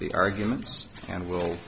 the arguments and we'll